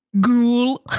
Ghoul